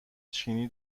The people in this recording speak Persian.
چینی